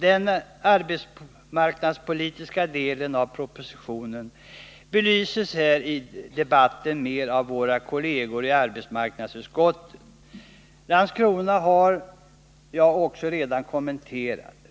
Den arbetsmarknadspolitiska delen av propositionen belyses häri debatten mer av våra kolleger i arbetsmarknadsutskottet. Jag har redan gjort kommentarer beträffande Landskrona.